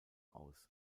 aus